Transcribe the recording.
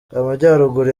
amajyaruguru